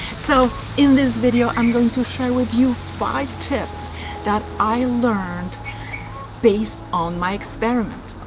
so in this video, i'm going to share with you five tips that i learned based on my experiment.